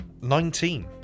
nineteen